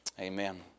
Amen